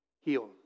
Heal